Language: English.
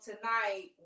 tonight